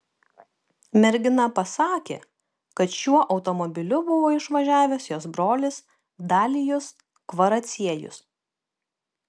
mergina pasakė kad šiuo automobiliu buvo išvažiavęs jos brolis dalijus kvaraciejus